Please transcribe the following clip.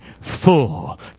full